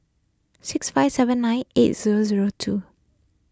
six five seven nine eight zero zero two